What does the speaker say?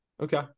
Okay